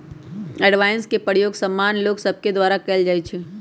avoidance के प्रयोग सामान्य लोग सभके द्वारा कयल जाइ छइ